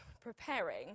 preparing